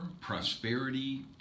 Prosperity